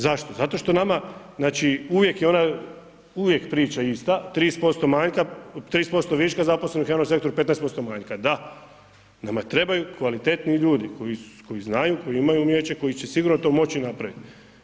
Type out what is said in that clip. Zašto, zato što nama, znači uvijek je ona, uvijek priča ista, 30% manjka, 30% viška zaposlenih u euro sektoru, 15% manjka, da, nama trebaju kvalitetni ljudi koji znaju, koji imaju umijeće koji će sigurno to moći napraviti.